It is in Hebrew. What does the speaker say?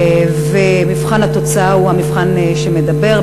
ומבחן התוצאה הוא המבחן שמדבר.